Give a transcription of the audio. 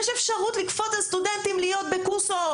יש אפשרות לכפות על סטודנטים להיות בקורס,